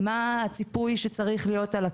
מה הציפוי שצריך להיות על הקיר?